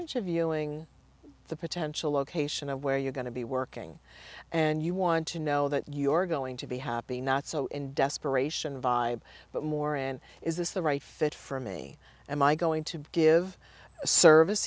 of viewing the potential location of where you're going to be working and you want to know that you're going to be happy not so in desperation vibe but more in is this the right fit for me and my going to give service